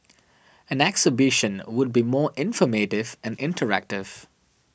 an exhibition would be more informative and interactive